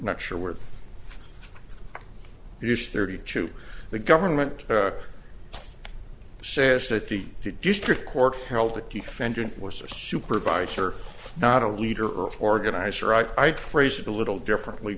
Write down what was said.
not sure we're used thirty two the government says that the district court held that defendant was a supervisor not a leader organizer i'd phrase it a little differently